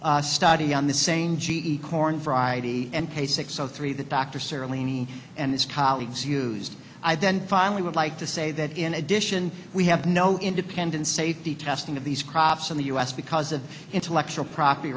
study on the same g e corn friday and k six o three that dr sara laney and his colleagues used i then finally would like to say that in addition we have no independent safety testing of these crops in the u s because of intellectual property